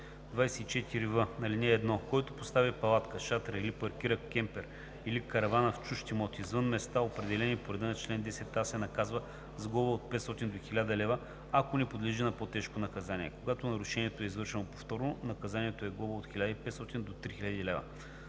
24в. (1) Който постави палатка, шатра, или паркира кемпер или каравана в чужд имот извън местата, определени по реда на чл. 10а, се наказва с глоба от 500 до 1000 лв., ако не подлежи на по-тежко наказание. Когато нарушението е извършено повторно, наказанието е глоба от 1500 до 3000 лв.